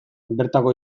bertako